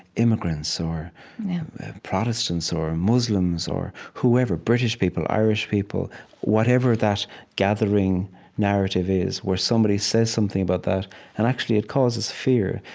immigrants or protestants or muslims or whoever british people, irish people whatever that gathering narrative is, where somebody says something about that, and actually it causes fear.